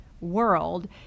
world